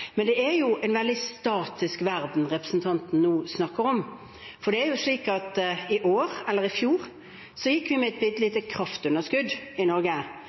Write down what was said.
Men det er jo en veldig statisk verden representanten nå snakker om. For det er slik at i fjor gikk vi med et bittelite kraftunderskudd i Norge